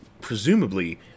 presumably